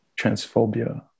transphobia